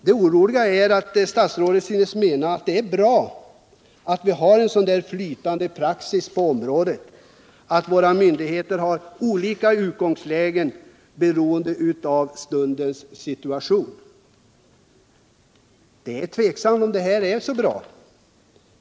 Det som gör mig orolig är att statsrådet synes mena att det är bra att vi har en så flytande praxis på området, att våra myndigheter har olika utgångslägen beroende på stundens situation. Det är tveksamt om det är bra.